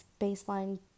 baseline